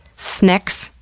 sneks,